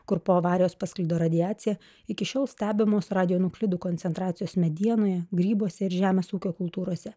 kur po avarijos pasklido radiacija iki šiol stebimos radionuklidų koncentracijos medienoje grybuose ir žemės ūkio kultūrose